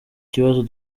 kibazo